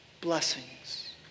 blessings